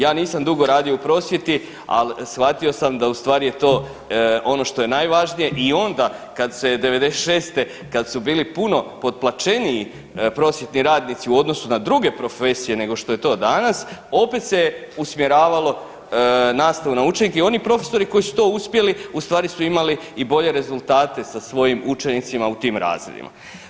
Ja nisam dugo radio u prosvjeti, al shvatio sam da ustvari je to ono što je najvažnije i onda kad se '96., kad su bili puno potplaćeniji prosvjetni radnici u odnosu na druge profesije nego što je to danas opet se usmjeravalo nastavu na učenike i oni profesori koji su to uspjeli ustvari su imali i bolje rezultate sa svojim učenicima u tim razredima.